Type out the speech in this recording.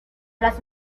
las